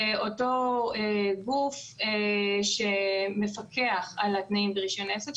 זה אותו גוף שמפקח על התנאים ברישיון עסק,